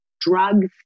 drugs